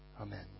Amen